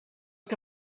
que